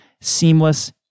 seamless